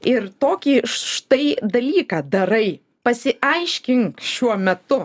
ir tokį štai dalyką darai pasiaiškink šiuo metu